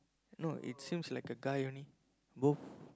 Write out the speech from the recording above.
no it seems like a guy only both